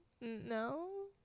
No